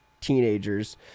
teenagers